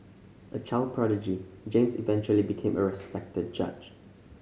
a child prodigy James eventually became a respected judge